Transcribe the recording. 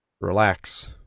relax